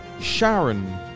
Sharon